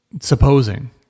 supposing